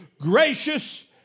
gracious